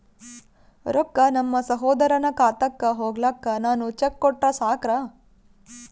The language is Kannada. ರೊಕ್ಕ ನಮ್ಮಸಹೋದರನ ಖಾತಕ್ಕ ಹೋಗ್ಲಾಕ್ಕ ನಾನು ಚೆಕ್ ಕೊಟ್ರ ಸಾಕ್ರ?